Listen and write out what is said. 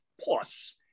Plus